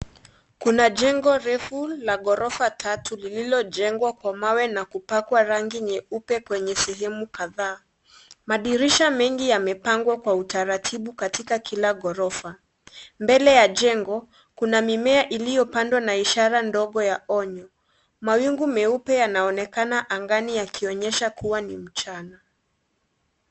Kuna jengo refu la ghorofa tatu lililojengwa kwa mawe na kupakwa rangi nyeupe kwenye sehemu kadhaa. Madirisha mengi yamepangwa kwa utaratibu katika kila ghorofa. Mbele ya jengo kuna mimea iliyopandwa na ishara ndogo ya onyo. Mawingu meupe yanaonekana angani yakionyesha kuwa ni mchana.